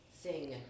sing